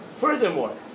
Furthermore